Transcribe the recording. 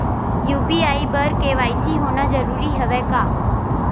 UPI बर KYC होना जरूरी हवय का?